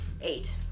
Eight